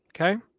Okay